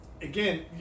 Again